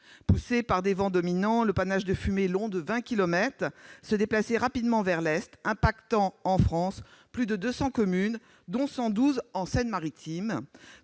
Poussé par des vents dominants, le panache de fumée, long de vingt kilomètres, se déplaçait rapidement vers l'est et touchait plus de 200 communes, dont 112 en Seine-Maritime.